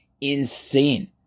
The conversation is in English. insane